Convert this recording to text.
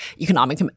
economic